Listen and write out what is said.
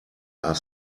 are